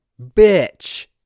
bitch